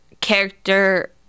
character